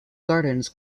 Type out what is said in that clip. gardens